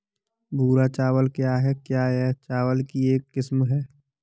भूरा चावल क्या है? क्या यह चावल की एक किस्म है?